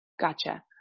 Gotcha